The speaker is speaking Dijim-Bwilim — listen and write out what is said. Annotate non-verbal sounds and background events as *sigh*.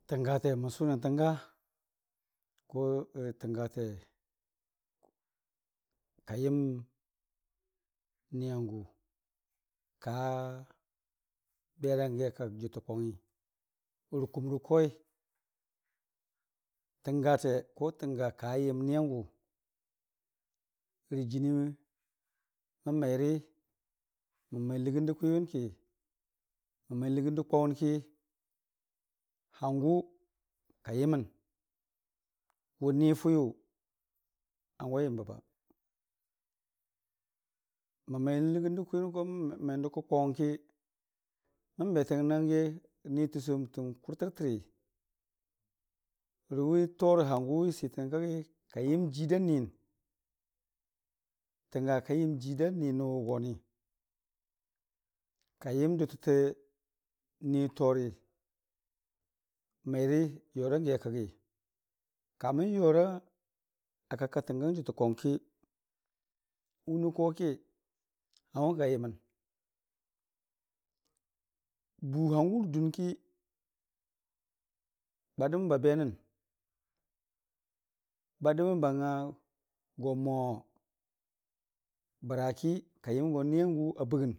Təngate mən sʊnən n'təngan ko *hesitation* təngate, ka yəm ni yangʊ ka berangi akak jʊtə kwangi rə kuum rə koi. Təngate *unintelligible* tənga kaa yəm niyangʊ rə jənii mən mairi, mən mai n'lɨgɨndə kwiwʊnki, mən mai n'lɨgɨn də kwaʊwʊnki hangʊ ka yəməm wʊ n'ni fʊwiyʊ n'hangʊ a yəmbe. Mən mai n'lɨgɨndə kwiyuwʊn kə n'dʊk kə kwaʊwʊnki mən be tənangi, ni tɨsotən kʊtərti wʊ torən hangʊ sitən kaggi ka yə jiirda niyən. Tənga kayəm jiirda ni nə wʊgoni, ka yəm dʊtətə ni tori mairi yorangi a kaggu kamən yora kakka təngang jʊtə kwangki wunii koki n'hangʊ ka yəmən, buu n'hangʊ rə dunki ba dəmən ba benən ba dəmən ba nga go moo bəraki kayəmgo n'niyangʊ a bɨgɨn.